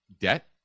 debt